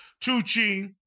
Tucci